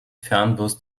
fernbus